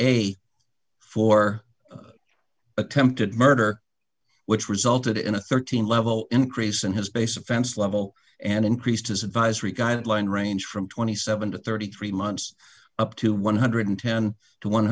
a for attempted murder which resulted in a thirteen level increase in his base offense level and increased his advisory guideline range from twenty seven to thirty three months up two hundred and eleven two